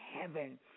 heaven